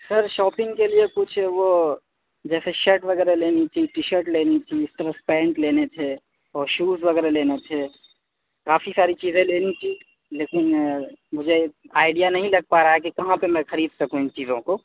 سر shopping کے لیے کچھ وہ جیسے شرٹ وغیرہ لینی تھی ٹی شرٹ لینی تھی اس کے بعد پینٹ لینے تھے اور شوز وغیرہ لینے تھے کافی ساری چیزیں لینی تھی لیکن مجھے آئیڈیا نہیں لگ پا رہا ہے کہ کہاں پہ میں خرید سکوں ان چیزوں کو